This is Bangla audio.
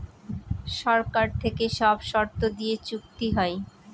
সরকার থেকে সব শর্ত দিয়ে চুক্তি হয়